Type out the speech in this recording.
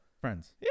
friends